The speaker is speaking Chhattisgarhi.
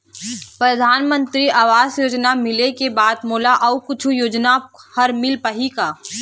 परधानमंतरी आवास योजना मिले के बाद मोला अऊ कुछू योजना हर मिल पाही का?